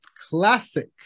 classic